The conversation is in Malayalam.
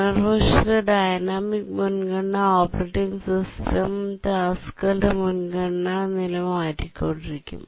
മറുവശത്ത് ഡൈനാമിക് മുൻഗണന ഓപ്പറേറ്റിംഗ് സിസ്റ്റം ടാസ്ക്കുകളുടെ മുൻഗണന നില മാറ്റിക്കൊണ്ടിരിക്കും